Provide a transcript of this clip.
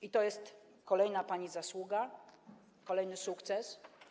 I to jest kolejna pani zasługa, kolejny sukces.